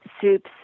soups